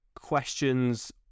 questions